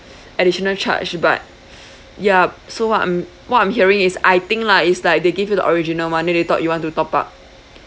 additional charge but yup so what I'm what I'm hearing is I think lah is like they give you the original one then they thought you want to top up